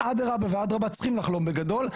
אדרבה ואדרבה צריכים לבוא בגדול,